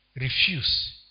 Refuse